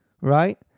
right